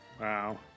Wow